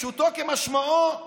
פשוטו כמשמעו,